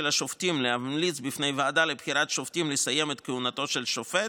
השופטים להמליץ בפני הוועדה לבחירת שופטים לסיים את כהונתו של שופט.